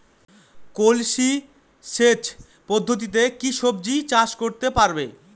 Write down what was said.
কলসি সেচ পদ্ধতিতে কি সবজি চাষ করতে পারব?